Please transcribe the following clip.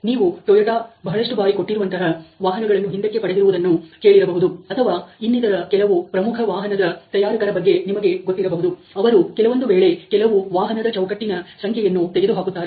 ನೀವು ಟೊಯೋಟಾ ಬಹಳಷ್ಟು ಬಾರಿ ಕೊಟ್ಟಿರುವಂತಹ ವಾಹನಗಳನ್ನು ಹಿಂದಕ್ಕೆ ಪಡೆದಿರುವುದನ್ನು ಕೇಳಿರಬಹುದು ಅಥವಾ ಇನ್ನಿತರ ಕೆಲವು ಪ್ರಮುಖ ವಾಹನದ ತಯಾರಕರ ಬಗ್ಗೆ ನಿಮಗೆ ಗೊತ್ತಿರಬಹುದು ಅವರು ಕೆಲವೊಂದು ವೇಳೆ ಕೆಲವು ವಾಹನದ ಚೌಕಟ್ಟಿನ ಸಂಖ್ಯೆಯನ್ನು ತೆಗೆದುಹಾಕುತ್ತಾರೆ